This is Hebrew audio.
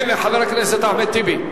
כן, חבר הכנסת אחמד טיבי.